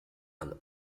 and